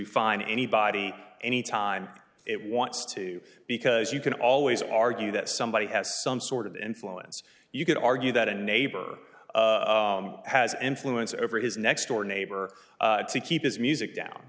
find anybody any time it wants to because you can always argue that somebody has some sort of influence you could argue that a neighbor has influence over his next door neighbor to keep his music down